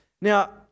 Now